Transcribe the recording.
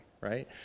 right